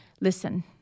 listen